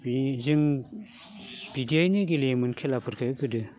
बे जों बिदियैनो गेलेयोमोन खेलाफोरखौ गोदो